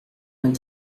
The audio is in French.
vingt